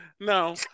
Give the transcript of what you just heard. No